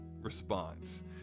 response